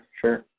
sure